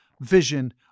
vision